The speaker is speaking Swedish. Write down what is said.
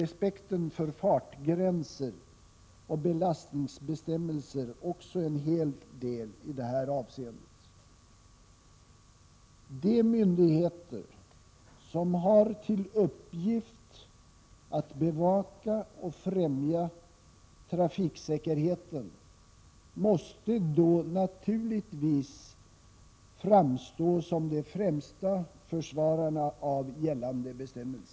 Respekten för fartgränser och belastningsbestämmelser betyder naturligtvis också en hel del i detta avseende. De myndigheter som har till uppgift att bevaka och främja trafiksäkerheten måste naturligtvis framstå som de främsta försvararna av gällande bestämmelser.